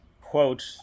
quote